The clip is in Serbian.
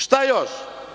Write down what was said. Šta još?